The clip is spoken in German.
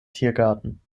tiergarten